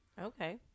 Okay